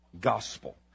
gospel